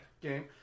game